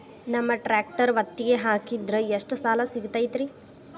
ನಮ್ಮ ಟ್ರ್ಯಾಕ್ಟರ್ ಒತ್ತಿಗೆ ಹಾಕಿದ್ರ ಎಷ್ಟ ಸಾಲ ಸಿಗತೈತ್ರಿ?